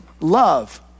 love